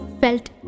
felt